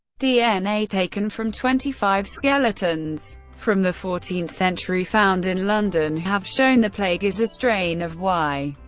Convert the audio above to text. dna taken from twenty five skeletons from the fourteenth century found in london have shown the plague is a strain of y.